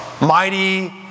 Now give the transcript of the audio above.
mighty